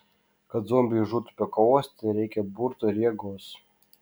kad zombiai žūtų be kovos tereikia burto ir jėgos